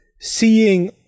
seeing